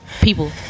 people